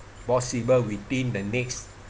possible within the next